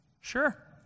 Sure